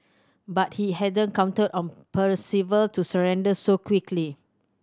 but he hadn't counted on Percival to surrender so quickly